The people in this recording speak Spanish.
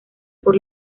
por